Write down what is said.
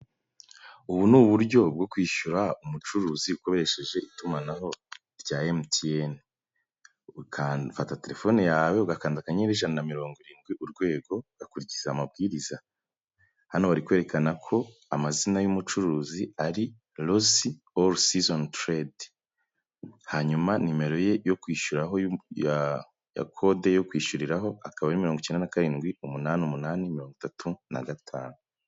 Ubu ni uburyo bwo kwishyura umucuruzi ukoresheje itumanaho rya MTN, ufata telefone yawe ugakanda ijana na mirongo irindwi urwego, ugakurikiza amabwiriza,, hano bari kwerekana ko amazina y'umucuruzi ari Rosy All Season Trade, hanyuma nimero ye yo kwishyuraho ya yakode yo kwishyuriraho akaba ari mirongo ikenda na karindwi, umunani umunani, mirongo itatu na gatanu.